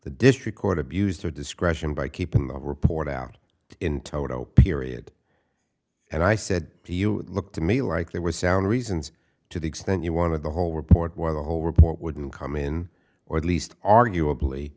the district court abused her discretion by keeping the report out in toto period and i said to you look to me like they were sound reasons to the extent you wanted the whole report why the whole report wouldn't come in or at least arguably